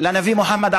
לנביא מוחמד,